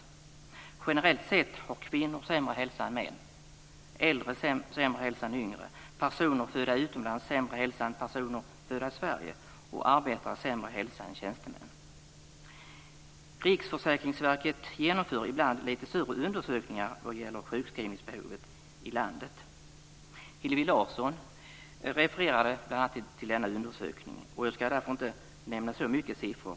Generellt sett har kvinnor sämre hälsa än män, äldre sämre hälsa än yngre, personer födda utomlands sämre hälsa än personer födda i Sverige och arbetare sämre hälsa än tjänstemän. Riksförsäkringsverket genomför ibland lite större undersökningar vad gäller sjukskrivningsbehovet i landet. Hillevi Larsson refererade bl.a. till denna undersökning. Jag ska därför inte nämna så många siffror.